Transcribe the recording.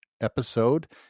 episode